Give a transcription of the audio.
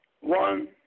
one